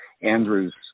andrew's